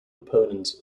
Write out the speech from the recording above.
opponents